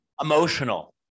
Emotional